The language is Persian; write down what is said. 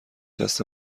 دست